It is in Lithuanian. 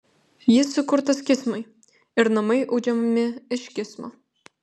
jis sukurtas kismui ir namai audžiami iš kismo